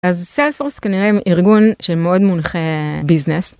אז סיילספורס כנראה הם ארגון שהם מאוד מונחי ביזנס.